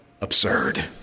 absurd